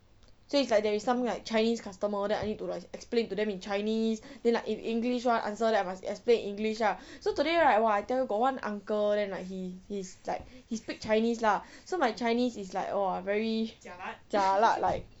so it's like there's something like chinese customer then I need to like explain to them in chinese then like if english want answer then I must explain in english lah so today right !wah! I tell you got one uncle then he is like he speak chinese lah so my chinese is like !wah! very jialat like